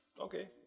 Okay